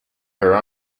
her